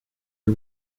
the